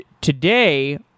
today